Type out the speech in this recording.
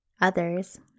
Others